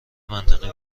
منطقی